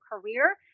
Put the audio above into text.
career